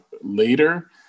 later